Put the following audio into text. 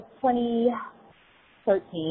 2013